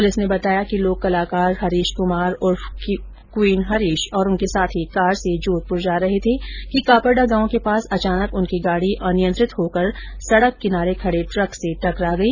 police ने बताया कि लोक कलाकार हरीश कुमार उर्फ क्वीन हरीश और उनके साथी कार से जोधपुर जा रहे थे कि कापरड़ा गांव के पास अचानक उनकी गाड़ी अनियंत्रित होकर सड़क किनारे खड़े ट्रक से टकरा गई